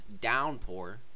downpour